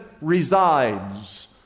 resides